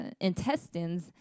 intestines